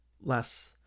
less